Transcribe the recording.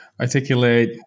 articulate